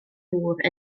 dŵr